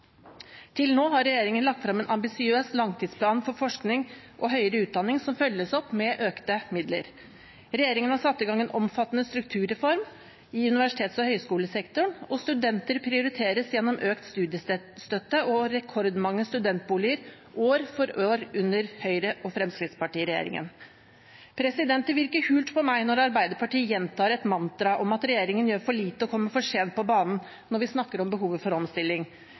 til gagns. Til nå har regjeringen lagt frem en ambisiøs langtidsplan for forskning og høyere utdanning som følges opp med økte midler. Regjeringen har satt i gang en omfattende strukturreform i universitets- og høyskolesektoren, og studenter prioriteres gjennom økt studiestøtte og rekordmange studentboliger år for år under Høyre–Fremskrittsparti-regjeringen. Det virker hult på meg når Arbeiderpartiet gjentar et mantra om at regjeringen gjør for lite og kommer for sent på banen, når vi snakker om behovet for omstilling.